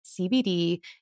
CBD